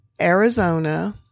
Arizona